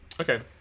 Okay